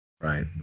right